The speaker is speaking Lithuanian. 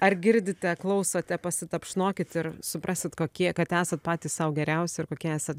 ar girdite klausote pasitapšnokit ir suprasit kokie kad esat patys sau geriausi ir kokie esat